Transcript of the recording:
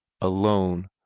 alone